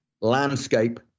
landscape